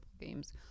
games